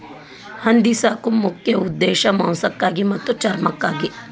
ಹಂದಿ ಸಾಕು ಮುಖ್ಯ ಉದ್ದೇಶಾ ಮಾಂಸಕ್ಕಾಗಿ ಮತ್ತ ಚರ್ಮಕ್ಕಾಗಿ